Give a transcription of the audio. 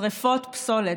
שרפות פסולת.